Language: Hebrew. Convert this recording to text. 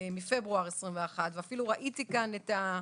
וראיתי כאן